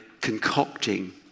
concocting